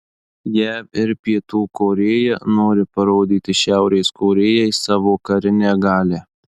jav ir pietų korėja nori parodyti šiaurės korėjai savo karinę galią